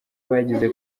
bagize